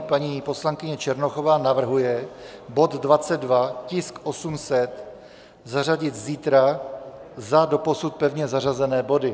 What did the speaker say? Paní poslankyně Černochová navrhuje bod 22, tisk 800, zařadit zítra za doposud pevně zařazené body.